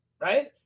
Right